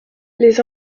les